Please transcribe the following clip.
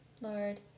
Lord